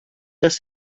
das